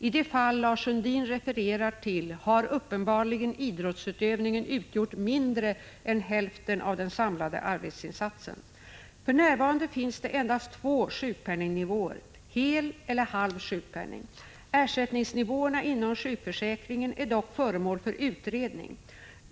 I det fall Lars Sundin refererar till har uppenbarligen idrottsutövningen utgjort mindre än hälften av den samlade arbetsinsatsen. För närvarande finns det endast två sjukpenningnivåer, hel eller halv sjukpenning. Ersättningsnivåerna inom sjukförsäkringen är dock föremål för utredning.